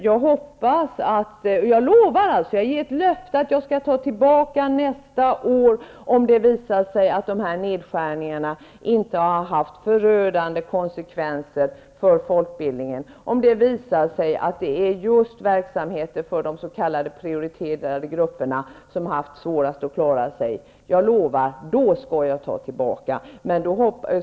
Jag ger ett löfte att jag nästa år skall ta tillbaka det jag sagt, om det visar sig att dessa nedskärningar inte har haft förödande konsekvenser för folkbildningen och att verksamheter för de s.k. prioriterade grupperna har haft svårast att klara sig.